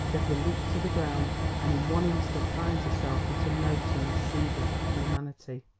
deborah leaps to the ground and in one instant finds herself but a mote in this seethe of humanity.